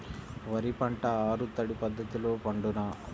వరి పంట ఆరు తడి పద్ధతిలో పండునా?